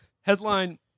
Headline